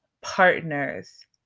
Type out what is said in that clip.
partners